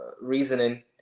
reasoning